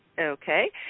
Okay